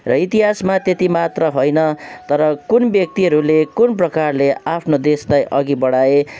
र इतिहासमा त्यति मात्र होइन तर कुन व्यक्तिहरूले कुन प्रकारले आफ्नो देशलाई अघि बढाए